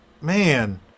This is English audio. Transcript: man